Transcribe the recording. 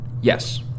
Yes